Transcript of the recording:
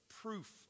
proof